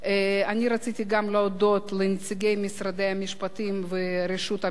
אני רציתי גם להודות לנציגי משרדי המשפטים ורשות המסים,